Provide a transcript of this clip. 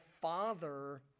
father